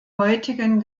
heutigen